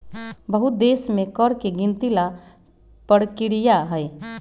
बहुत देश में कर के गिनती ला परकिरिया हई